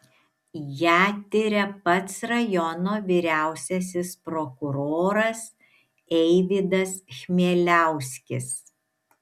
ją tiria pats rajono vyriausiasis prokuroras eivydas chmieliauskis